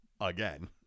again